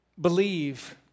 believe